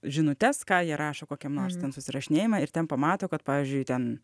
žinutes ką jie rašo kokiam nors ten susirašinėjime ir ten pamato kad pavyzdžiui ten